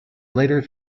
later